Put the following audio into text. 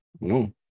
No